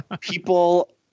People